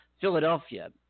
philadelphia